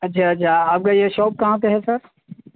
اچھا اچھا آپ کا یہ شاپ کہاں پر ہے سر